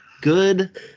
good